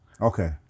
Okay